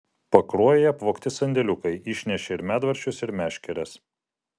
pakruojyje apvogti sandėliukai išnešė ir medvaržčius ir meškeres